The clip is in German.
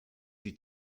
sie